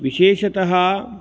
विशेषतः